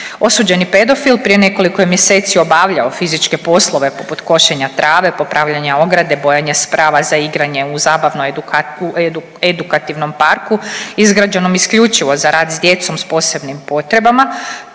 Osuđeni pedofil prije nekoliko je mjeseci obavljao fizičke poslove poput košenja trave, popravljanja ograde, bojanja sprava za igranje u zabavno edukacijsko, u edukativnom parku izgrađenom isključivo za rad s djecom s posebnim potrebama.